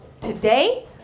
today